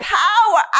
power